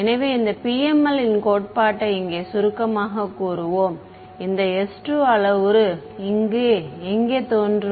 எனவே இந்த PML ன் கோட்பாட்டை இங்கே சுருக்கமாகக் கூறுவோம் இந்த s2 அளவுரு இங்கே எங்கே தோன்றும்